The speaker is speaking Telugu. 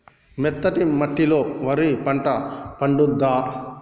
మెత్తటి మట్టిలో వరి పంట పండుద్దా?